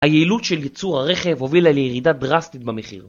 היעילות של ייצור הרכב הובילה לירידה דרסטית במחיר.